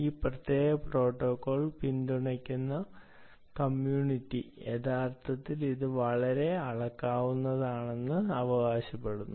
ഈ പ്രത്യേക പ്രോട്ടോക്കോൾ പിന്തുണയ്ക്കുന്ന കമ്മ്യൂണിറ്റി യഥാർത്ഥത്തിൽ ഇത് വളരെ അളക്കാവുന്നതാണെന്ന് അവകാശപ്പെടുന്നു